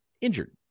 injured